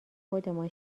خودمان